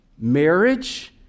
marriage